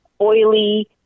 oily